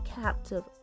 captive